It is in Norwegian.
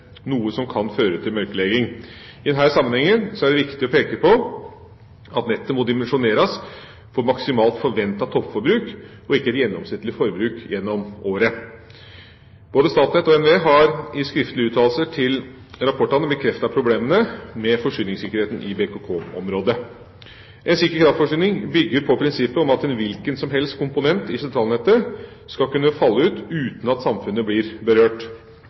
noe som kan føre til mørklegging. I denne sammenheng er det viktig å peke på at nettet må dimensjoneres for maksimalt forventet toppforbruk, og ikke et gjennomsnittlig forbruk gjennom året. Både Statnett og NVE har i skriftlige uttalelser til rapportene bekreftet problemene med forsyningssikkerheten i BKK-området. En sikker kraftforsyning bygger på prinsippet om at en hvilken som helst komponent i sentralnettet skal kunne falle ut uten at samfunnet blir berørt.